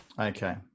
Okay